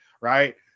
Right